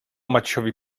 maciusiowi